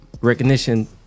recognition